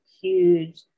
huge